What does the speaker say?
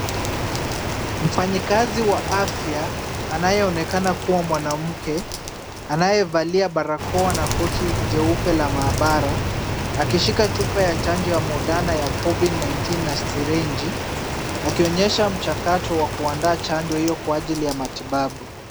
Mfanyikazi wa afya anayeonekana kuwa mwanamke, anayevalia barakoa na koti jeupe la maabara, akishika chupa ya chanjo ya Moderna ya covid-19[ cs]na sirenji, akionyesha mchakato wa kuandaa chanjo hiyo kwa ajili ya matibabu.